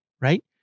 Right